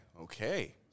Okay